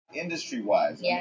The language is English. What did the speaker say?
Industry-wise